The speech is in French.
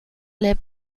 les